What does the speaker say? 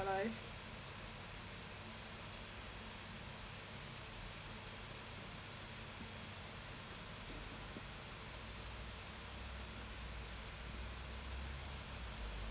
life